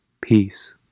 peace